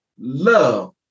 love